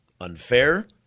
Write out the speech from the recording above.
unfair